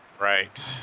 Right